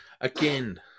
again